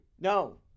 no